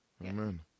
Amen